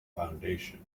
foundation